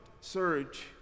surge